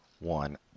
One